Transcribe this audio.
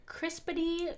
crispity